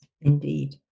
indeed